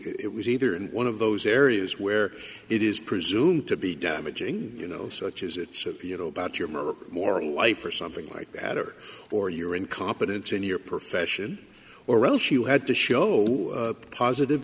it was either in one of those areas where it is presumed to be damaging you know such as it's you know about your moral life or something like that or for your incompetence in your profession or else you had to show up positive